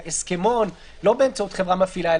לא באמצעות החברה המפעילה,